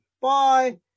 Bye